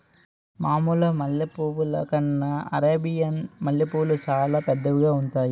మామూలు మల్లె పువ్వుల కన్నా అరేబియన్ మల్లెపూలు సాలా పెద్దవిగా ఉంతాయి